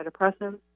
antidepressants